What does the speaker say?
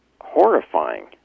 horrifying